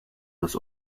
was